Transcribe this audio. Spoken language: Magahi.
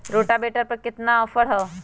रोटावेटर पर केतना ऑफर हव?